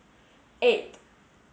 eight